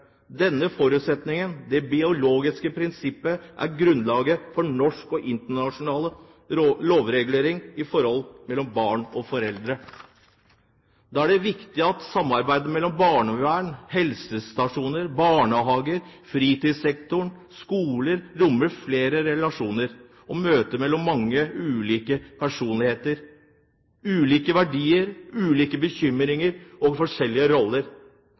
Denne forutsetningen, det biologiske prinsipp, er grunnlaget for norsk og internasjonal lovregulering av forhold mellom barn og foreldre. Da er det viktig at samarbeidet mellom barnevern, helsestasjoner, barnehage, fritidssektoren og skoler rommer flere relasjoner og møter mellom mange, ulike personligheter, ulike verdier, ulike bekymringer og forskjellige roller.